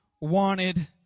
wanted